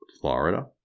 Florida